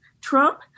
Trump